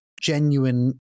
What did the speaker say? genuine